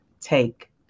take